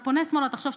תחשוב,